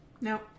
No